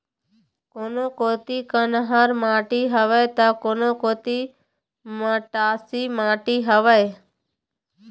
कोनो कोती कन्हार माटी हवय त, कोनो कोती मटासी माटी हवय